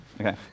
Okay